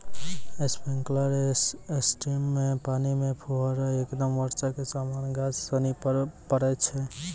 sprinkler system मे पानी रो फुहारा एकदम बर्षा के समान गाछ सनि पर पड़ै छै